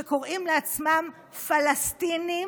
שקוראים לעצמם פלסטינים,